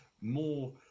more